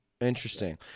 interesting